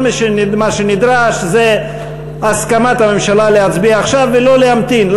כל מה שנדרש זה הסכמת הממשלה להצביע עכשיו ולא להמתין.